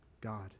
God